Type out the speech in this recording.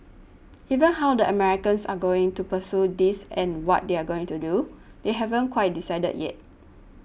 even how the Americans are going to pursue this and what they're going to do they haven't quite decided yet